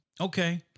Okay